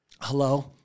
Hello